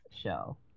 show